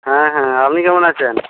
হ্যাঁ হ্যাঁ আপনি কেমন আছেন